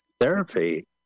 Therapy